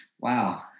Wow